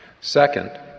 Second